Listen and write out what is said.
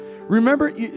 Remember